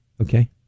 Okay